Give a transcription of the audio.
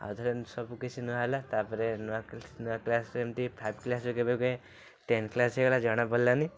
ଆଉଥରେ ସବୁକିଛି ନୂଆ ହେଲା ତା'ପରେ ନୂଆ କି ନୂଆ କ୍ଲାସ୍ ଏମିତି ଫାଇଭ୍ କ୍ଲାସ୍ରୁ କେବେ ଟେନ୍ଥ କ୍ଲାସ୍ ହେଇଗଲା ଜଣା ପଡ଼ିଲାନି